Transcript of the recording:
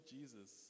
Jesus